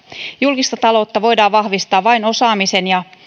julkista taloutta voidaan vahvistaa vain osaamiseen ja